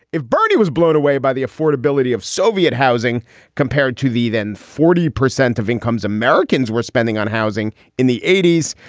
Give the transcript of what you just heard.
if bernie was blown away by the affordability of soviet housing compared to the then forty percent of incomes americans were spending on housing in the eighty s.